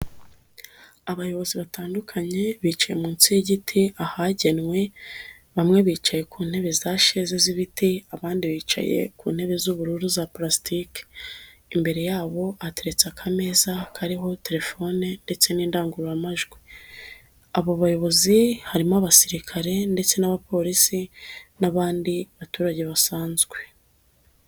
Abayobozi batandukanye bicaye munsi y'igiti ahagenwe, bamwe bicaye ku ntebe za sheze z'ibiti, abandi bicaye ku ntebe z'ubururu za pulasitike, imbere yabo hateretse akameza kariho telefone ndetse n'indangururamajwi, abo bayobozi harimo abasirikare ndetse n'abapolisi n'abandi baturage basanzwe.